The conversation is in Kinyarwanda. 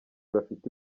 bafite